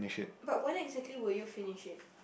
but when exactly will you finish it